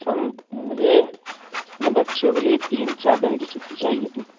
sir मुझे अपने बच्चों के लिए तीन चार दिन की छुट्टी चाहिए थी